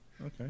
Okay